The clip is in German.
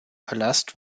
palast